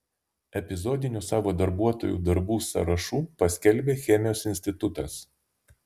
epizodinių savo darbuotojų darbų sąrašų paskelbė chemijos institutas